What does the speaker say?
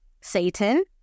Satan